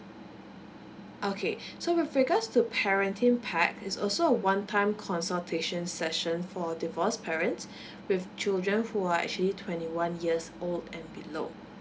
okay so with regards to parenting PACT it's also one a time consultation session for divorced parents with children who are actually twenty one years old and below